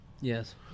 Yes